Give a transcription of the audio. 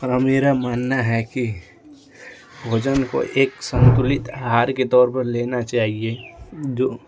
और मेरा मानना है कि भोजन को एक संतुलित आहार के तौर पर लेना चाहिए जो